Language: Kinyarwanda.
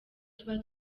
tuba